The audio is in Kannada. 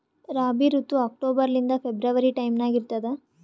ರಾಬಿ ಋತು ಅಕ್ಟೋಬರ್ ಲಿಂದ ಫೆಬ್ರವರಿ ಟೈಮ್ ನಾಗ ಇರ್ತದ